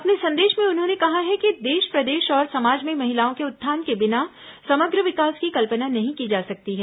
अपने संदेश में उन्होंने कहा है कि देश प्रदेश और समाज में महिलाओं के उत्थान के बिना समग्र विकास की कल्पना नहीं की जा सकती है